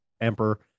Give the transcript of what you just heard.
emperor